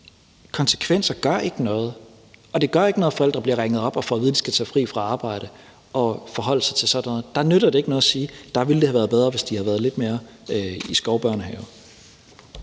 konsekvenser gør ikke noget, og det gør ikke noget, at forældre bliver ringet op og får at vide, at de skal tage fri fra arbejde og forholde sig til sådan noget. Der nytter det ikke noget at sige: Der ville det have været bedre, hvis de havde været lidt mere i skovbørnehave.